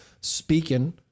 speaking